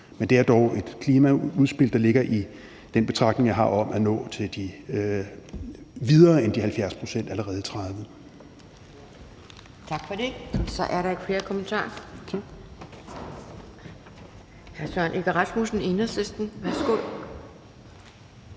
Men det er dog et klimaudspil, der ligger i tråd med den betragtning, jeg har om at nå videre end de 70 pct. allerede i